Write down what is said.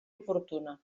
oportuna